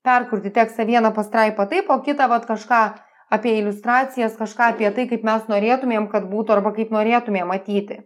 perkurti tekstą vieną pastraipą taip o kitą vat kažką apie iliustracijas kažką apie tai kaip mes norėtumėm kad būtų arba kaip norėtumėm matyti